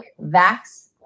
vax